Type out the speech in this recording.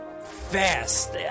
fast